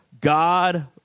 God